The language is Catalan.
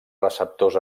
receptors